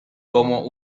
como